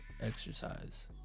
exercise